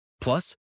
Plus